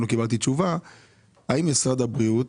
לא קיבלתי תשובה האם משרד הבריאות